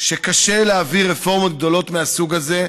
שקשה להביא רפורמות גדולות מהסוג הזה,